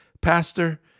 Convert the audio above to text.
pastor